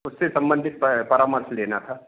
उससे संबंधित पे परामर्श लेना था